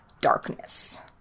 darkness